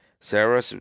sarah